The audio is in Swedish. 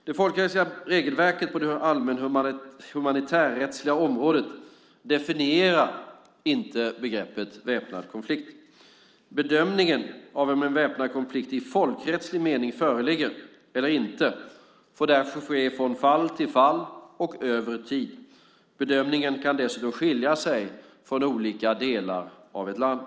Det folkrättsliga regelverket på det allmänna humanitärrättsliga området definierar inte begreppet "väpnad konflikt". Bedömningen av om en väpnad konflikt i folkrättslig mening föreligger eller inte får därför ske från fall till fall och över tid. Bedömningen kan dessutom skilja sig för olika delar av ett land.